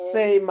Say